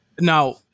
Now